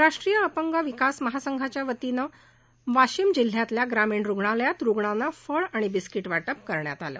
राष्ट्रीय अपंग विकास महासंघाच्यावतीने वाशिम जिल्ह्यातील ग्रामीण रूग्णालयात रूग्णांना फळबिस्किट वाटप करण्यात आलं